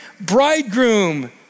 bridegroom